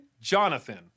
Jonathan